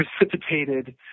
precipitated